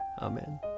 Amen